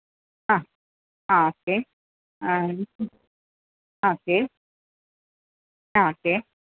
ആ ആ ഓക്കെ ആ ഉം ഓക്കെ ആ ഓക്കെ